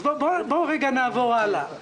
נעבור הלאה.